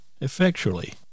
effectually